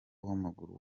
w’amaguru